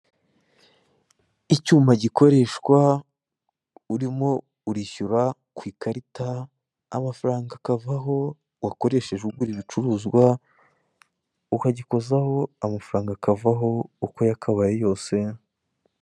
Icyuma gikoreshwa urimo urishyura ku ikarita amafaranga akavaho wakoresheje ugura ibicuruzwa ukagikozaho amafaranga akavaho uko yakabaye yose.